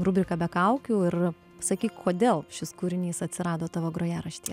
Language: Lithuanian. rubrika be kaukių ir sakyk kodėl šis kūrinys atsirado tavo grojaraštyje